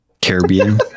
Caribbean